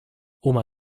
oma